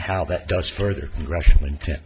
how that doesn't further congressional int